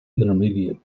intermediate